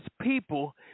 people